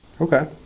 Okay